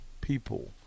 people